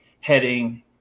heading